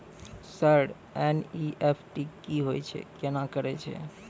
Sir NEFT की होय छै, केना करे छै?